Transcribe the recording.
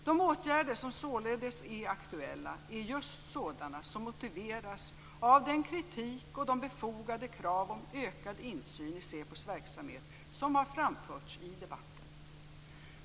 De åtgärder som således är aktuella är just sådana som motiveras av den kritik och de befogade krav om ökad insyn i SÄPO:s verksamhet som har framförts i debatten.